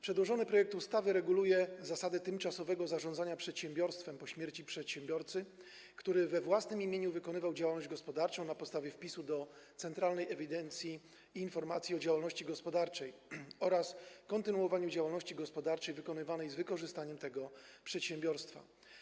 Przedłożony projekt ustawy reguluje zasady tymczasowego zarządzania przedsiębiorstwem po śmierci przedsiębiorcy, który we własnym imieniu wykonywał działalność gospodarczą na podstawie wpisu do Centralnej Ewidencji i Informacji o Działalności Gospodarczej oraz kontynuowania działalności gospodarczej wykonywanej z wykorzystaniem tego przedsiębiorstwa.